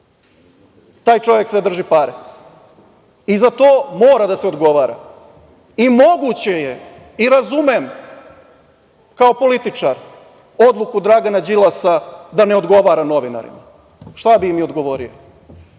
taj čovek sve drži pare i za to mora da se odgovara. Moguće je i razumem kao političar odluku Dragana Đilasa da ne odgovara novinarima. Šta bi im i odgovorio?